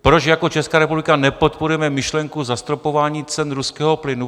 Proč jako Česká republika nepodporujeme myšlenku zastropování cen ruského plynu?